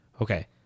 Okay